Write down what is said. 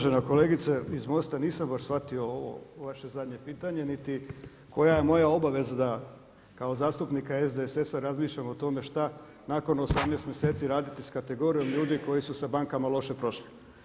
Uvažena kolegice iz MOST-a nisam baš shvatio ovo vaše zadnje pitanje niti koja je moja obaveza da kao zastupnika SDSS-a razmišljam o tome šta nakon 18 mjeseci raditi sa kategorijom ljudi koji su sa bankama loše prošli.